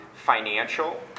financial